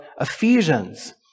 Ephesians